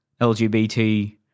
LGBT